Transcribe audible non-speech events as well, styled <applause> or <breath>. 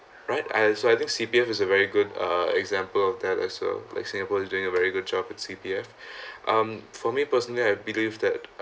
right I so I think C_P_F is a very good uh example of that as well like singapore is doing a very good job at C_P_F <breath> um for me personally I believe that